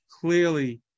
clearly